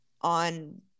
On